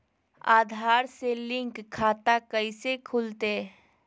आधार से लिंक खाता कैसे खुलते?